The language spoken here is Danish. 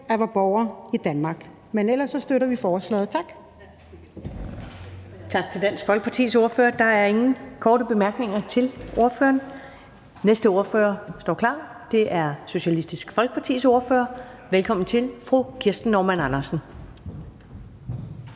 at være borger i Danmark. Men ellers støtter vi forslaget. Tak. Kl. 15:11 Første næstformand (Karen Ellemann): Tak til Dansk Folkepartis ordfører. Der er ingen korte bemærkninger til ordføreren. Næste ordfører står klar. Det er Socialistisk Folkepartis ordfører. Velkommen til fru Kirsten Normann Andersen.